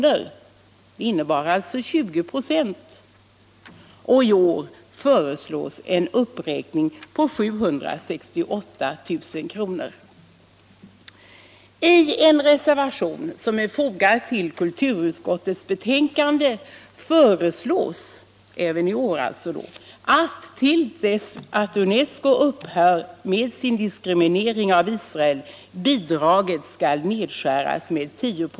— det innebar 20 26 mera — och i år föreslås en uppräkning på 768 000 kr.